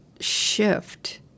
shift